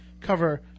cover